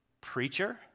preacher